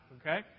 okay